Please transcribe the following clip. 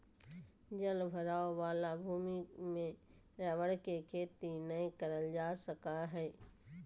जल भराव वाला भूमि में रबर के खेती नय करल जा सका हइ